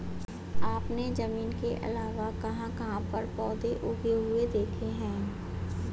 आपने जमीन के अलावा कहाँ कहाँ पर पौधे उगे हुए देखे हैं?